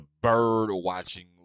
bird-watching